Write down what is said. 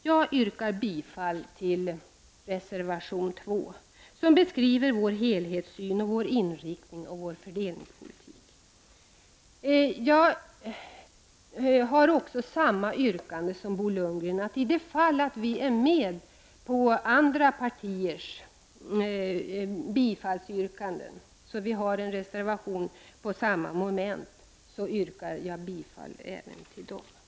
Jag yrkar bifall till reservation 2 som beskriver vår helhetssyn, vår inriktning och vår fördelningspolitik. Jag har samma yrkande som Bo Lundgren hade, nämligen att i de fall vi stöder andra partiers yrkanden och alltså har reservationer under samma moment i betänkandet, yrkar jag bifall även till de reservationerna.